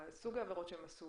מבחינת סוג העבירות שהם עשו